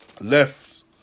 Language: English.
left